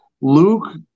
Luke